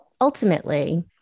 Ultimately